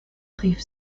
rief